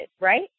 right